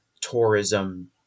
tourism